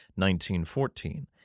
1914